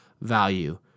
value